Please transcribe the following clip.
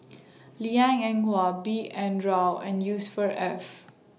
Liang Eng Hwa B N Rao and Ef